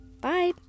Bye